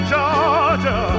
Georgia